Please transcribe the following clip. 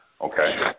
Okay